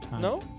No